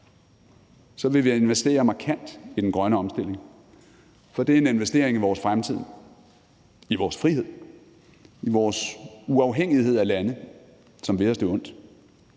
Så vil vi investere markant i den grønne omstilling, for det er en investering i vores fremtid og vores frihed, i vores uafhængighed af lande, som vil os det ondt.